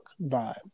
vibe